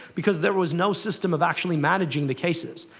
because there was no system of actually managing the cases.